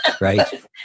Right